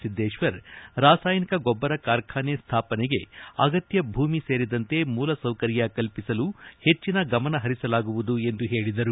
ಸಿದ್ದೇಶ್ವರ್ ರಾಸಾಯನಿಕ ಗೊಬ್ಬರ ಕಾರ್ಖಾನೆ ಸ್ಥಾಪನೆಗೆ ಅಗತ್ಯ ಭೂಮಿ ಸೇರಿದಂತೆ ಮೂಲಸೌಕರ್ಯ ಕಲ್ಪಿಸಲು ಹೆಚ್ಚನ ಗಮನಹರಿಸಲಾಗುವುದು ಎಂದು ಹೇಳಿದರು